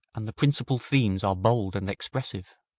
and the principal themes are bold and expressive.